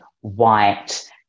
white